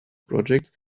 projects